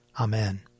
Amen